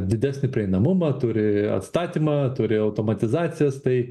didesnį prieinamumą turi atstatymą turi automatizacijas tai